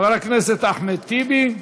חבר הכנסת אחמד טיבי,